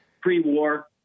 pre-war